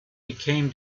became